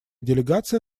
делегация